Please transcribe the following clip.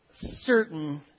certain